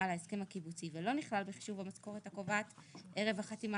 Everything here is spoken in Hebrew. על ההסכם הקיבוצי ולא נכלל בחישוב המשכורת הקובעת ערב החתימה